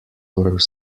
were